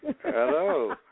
Hello